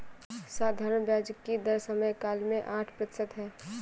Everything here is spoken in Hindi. साधारण ब्याज की दर समयकाल में आठ प्रतिशत है